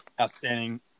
outstanding